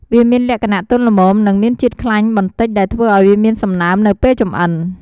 វាមានលក្ខណៈទន់ល្មម និងមានជាតិខ្លាញ់បន្តិចដែលធ្វើឱ្យវាមានសំណើមនៅពេលចម្អិន។